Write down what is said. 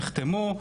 נחתמו,